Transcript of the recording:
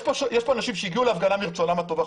יש כאן אנשים שהגיעו להפגנה מרצונם הטוב והחופשי.